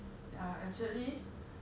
yes my answer would be the second